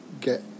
get